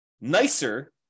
nicer